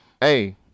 Hey